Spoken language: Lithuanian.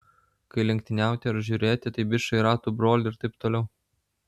kai lenktyniauti ar žiūrėti tai bičai ratų broliai ir taip toliau